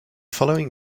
following